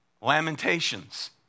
Lamentations